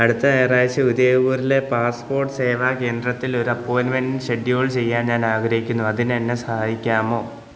അടുത്ത ഞായറാഴ്ച്ച ഉദയപൂറിലെ പാസ്പ്പോട്ട് സേവാ കേന്ദ്രത്തിൽ ഒരു അപ്പോയിൻമെൻറ്റ് ഷെഡ്യൂൾ ചെയ്യാൻ ഞാൻ ആഗ്രഹിക്കുന്നു അതിന് എന്നെ സഹായിക്കാമോ